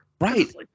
Right